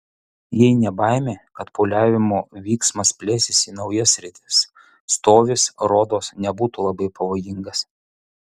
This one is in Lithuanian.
jei ne baimė kad pūliavimo vyksmas plėsis į naujas sritis stovis rodos nebūtų labai pavojingas